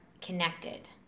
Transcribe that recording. connected